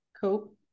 Cool